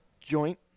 joint